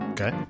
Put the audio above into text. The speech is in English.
Okay